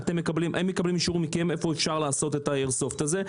מקבלים אישור מכם איפה אפשר לעשות את האיירסופט הזה,